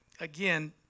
again